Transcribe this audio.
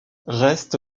reste